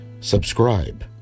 subscribe